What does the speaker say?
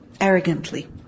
arrogantly